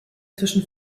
zwischen